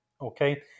okay